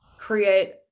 create